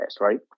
right